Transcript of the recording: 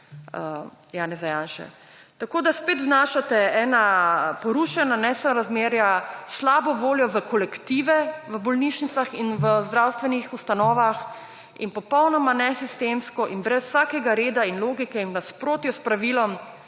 Janeza Janše. Tako da, spet vnašate ena porušena nesorazmerja, slabo voljo v kolektive v bolnišnicah in v zdravstvenih ustanovah in popolnoma nesistemsko in brez vsakega reda in logike in v nasprotju s pravilom